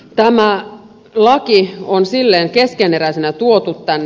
tämä laki on keskeneräisenä tuotu tänne